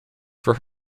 for